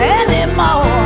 anymore